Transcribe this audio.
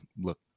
look